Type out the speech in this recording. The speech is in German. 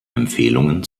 empfehlungen